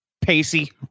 Pacey